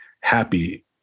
happy